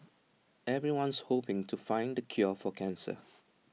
everyone's hoping to find the cure for cancer